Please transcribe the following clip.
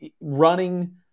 running